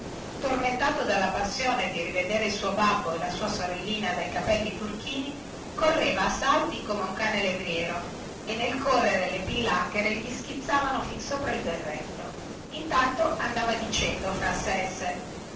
tormentato dalla passione di rivedere il suo babbo e la sua sorellina dai capelli turchini correva a salti come un cane levriero e nel correre le pillacchere gli schizzavano fin sopra il berretto intanto andava dicendo fra sé e sé